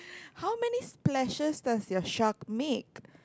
how many splashes does your shark make